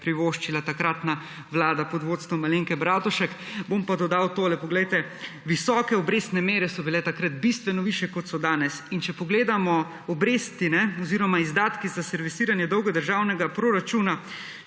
privoščila takratna Vlada pod vodstvom Alenke Bratušek. Bom pa dodal tole. Visoke obrestne mere so bile takrat bistveno višje kot so danes. In če pogledamo obresti oziroma izdatki za servisiranje dolga državnega proračuna